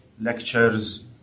Lectures